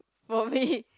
probably